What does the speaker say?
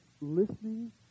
Listening